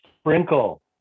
sprinkle